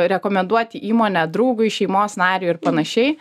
rekomenduoti įmonę draugui šeimos nariui ar panašiai